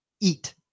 Eat